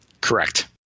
Correct